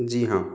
जी हाँ